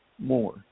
more